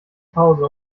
pause